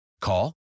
Call